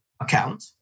account